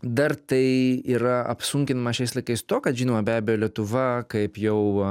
dar tai yra apsunkinama šiais laikais to kad žinoma be abejo lietuva kaip jau